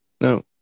No